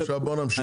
עכשיו בוא נמשיך.